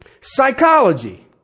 psychology